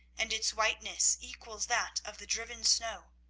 and its whiteness equals that of the driven snow.